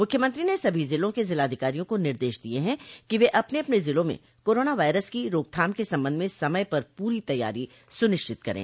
मुख्यमंत्री ने सभी ज़िलों के ज़िलाधिकारियों को निर्देश दिये हैं कि वे अपने अपने ज़िलों में कोरोना वायरस की रोकथाम के संबंध में समय पर पूरी तैयारी सुनिश्चित करें